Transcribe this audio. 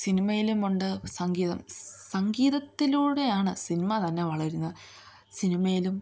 സിനിമയിലുമുണ്ട് സംഗീതം സംഗീതത്തിലൂടെയാണ് സിനിമ തന്നെ വളരുന്നത് സിനിമയിലും